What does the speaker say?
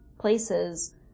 places